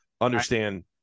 understand